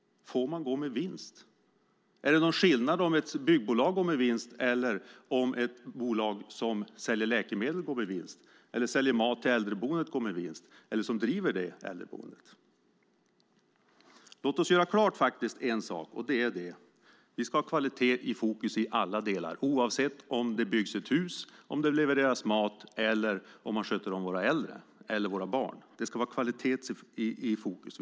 Får bolag gå med vinst? Är det någon skillnad om ett byggbolag går med vinst eller om ett bolag som säljer läkemedel går med vinst, ett bolag som säljer mat till äldreboendet eller driver äldreboendet? Låt oss göra klart en sak: Vi ska ha kvalitet i fokus i alla delar, oavsett om det byggs ett hus, om det levereras mat eller om man sköter om våra äldre eller våra barn. Det ska vara kvalitet i fokus.